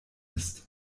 ist